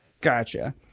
Gotcha